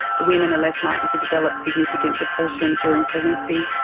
the women are less likely to develop significant depression during pregnancy,